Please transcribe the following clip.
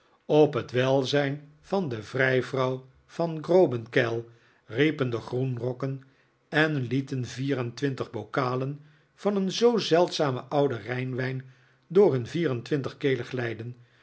op het welzijn van de vrijvrouw van grobenkeil riepen de groenrokken en lieten vier en twintig bokalen van een zoo zeldzamen ouden rijn wijn door nun vier en twintig kelen glijden